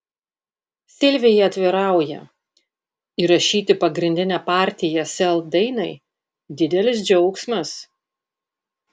silvija atvirauja įrašyti pagrindinę partiją sel dainai didelis džiaugsmas